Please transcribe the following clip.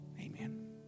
Amen